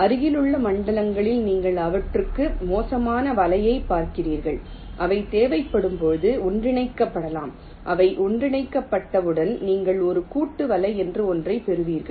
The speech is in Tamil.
அருகிலுள்ள மண்டலங்களில் நீங்கள் அவற்றுக்கு சொந்தமான வலைகளைப் பார்க்கிறீர்கள் அவை தேவைப்படும்போது ஒன்றிணைக்கப்படலாம் அவை ஒன்றிணைக்கப்பட்டவுடன் நீங்கள் ஒரு கூட்டு வலை என்று ஒன்றைப் பெறுவீர்கள்